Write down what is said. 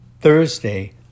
Thursday